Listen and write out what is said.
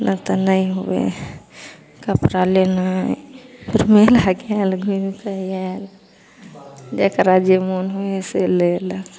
नहि तऽ नहि हुए कपड़ा लेलक फेर मेला गेल घुमिके आएल जकरा जे मोन होइए से लेलक